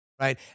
right